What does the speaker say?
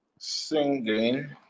singing